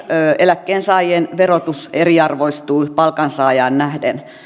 eläkkeensaajien verotus eriarvoistui palkansaajiin nähden